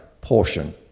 portion